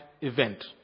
event